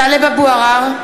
(קוראת בשמות חברי הכנסת) טלב אבו עראר,